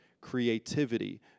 creativity